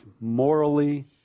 morally